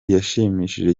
yashimishije